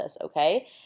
okay